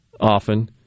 often